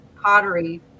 pottery